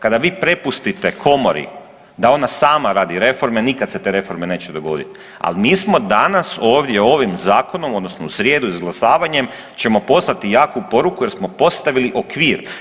Kada vi prepustite komori da ona sama radi reforme nikad se te reforme neće dogoditi, ali mi smo danas ovdje ovim zakonom odnosno u srijedu izglasavanjem ćemo poslati jaku poruku jer smo postavili okvir.